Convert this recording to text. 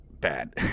bad